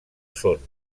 són